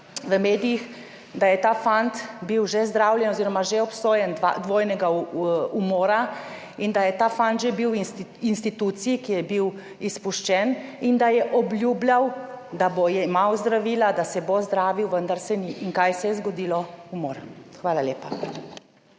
v medijih – da je ta fant bil že zdravljen oziroma že obsojen dvojnega umora in da je ta fant že bil v instituciji, od koder je bil izpuščen, in da je obljubljal, da bo jemal zdravila, da se bo zdravil, vendar se ni. In kaj se je zgodilo? Umor. Hvala lepa.